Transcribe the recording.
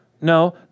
No